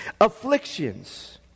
afflictions